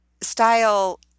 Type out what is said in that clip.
style